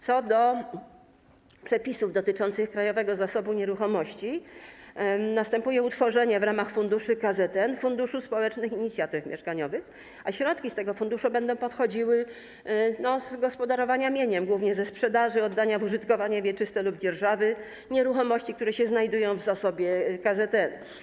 Co do przepisów dotyczących Krajowego Zasobu Nieruchomości następuje utworzenie w ramach funduszy KZN Funduszu Społecznej Inicjatywy Mieszkaniowej, a środki z tego funduszu będą pochodziły z gospodarowania mieniem, głównie ze sprzedaży, oddania w użytkowanie wieczyste lub dzierżawy nieruchomości, które się znajdują w zasobie KZN.